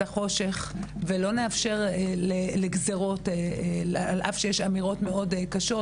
נעצור גם את החושך ולא נאפשר לגזירות על אף שיש אמירות מאוד קשות,